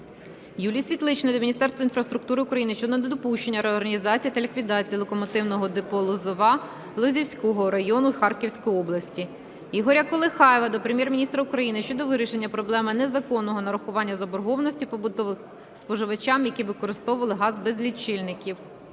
Юлії Світличної до Міністерства інфраструктури України щодо недопущення реорганізації та ліквідації "Локомотивного депо "Лозова" Лозівського району Харківської області. Ігоря Колихаєва до Прем'єр-міністра України щодо вирішення проблеми незаконного нарахування заборгованості побутовим споживачам, які використовували газ без лічильників.